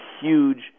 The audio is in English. huge